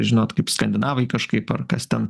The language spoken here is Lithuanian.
žinot kaip skandinavai kažkaip ar kas ten